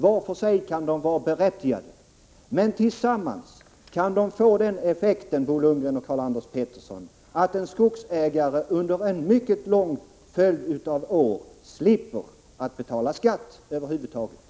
och en för sig kan de vara berättigade — jag påstår inte någonting annat — men tillsammans kan de få den effekten, Bo Lundgren och Karl-Anders Petersson, att en skogsägare under en mycket lång följd av år slipper att betala skatt över huvud taget.